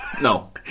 No